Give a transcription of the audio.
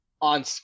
on